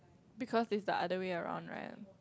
because that is other way around right